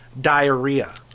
diarrhea